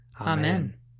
Amen